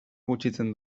gutxitzen